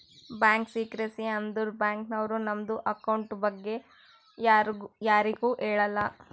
bank secrecy ಅಂದುರ್ bank ನವ್ರು ನಮ್ದು ಅಕೌಂಟ್ ಬಗ್ಗೆ ಯಾರಿಗು ಹೇಳಲ್ಲ